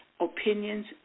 opinions